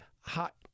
hot